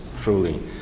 truly